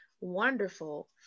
wonderful